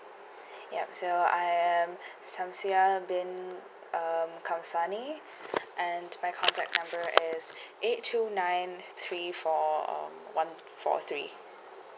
yup so I am samsiah bin um kamsani and my contact number is eight two nine three four um one four three